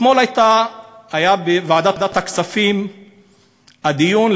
אתמול היה בוועדת הכספים דיון,